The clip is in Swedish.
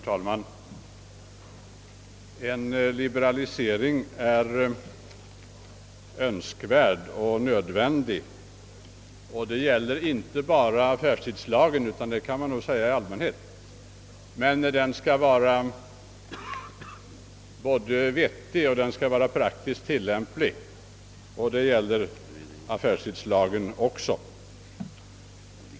Herr talman! Liberaliseringar är önskvärda och nödvändiga inte bara i affärstidslagen utan även på många andra områden, men de skall vara både vettiga och praktiskt tillämpliga, vilket också gäller i det nu aktuella fallet.